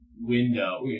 window